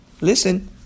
Listen